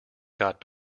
got